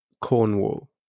Cornwall